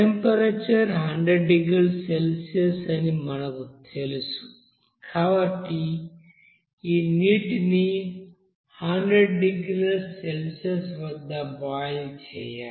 temperature 100 డిగ్రీల Celsius అని మనకు తెలుసు కాబట్టి ఈ నీటిని 100 డిగ్రీల సెల్సియస్ వద్ద బాయిల్ చేయాలి